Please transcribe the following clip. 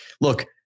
look